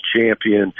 champion